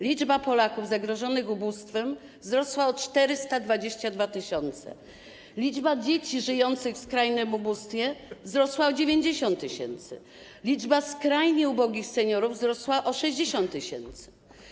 Liczba Polaków zagrożonych ubóstwem wzrosła o 422 tys., liczba dzieci żyjących w skrajnym ubóstwie wzrosła o 90 tys., liczba skrajnie ubogich seniorów wzrosła o 60 tys.